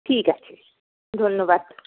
ঠিক আছে ধন্যবাদ